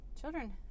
children